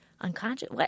unconscious